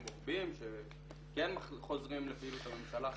רוחביים שכן חוזרים לפעילות הממשלה.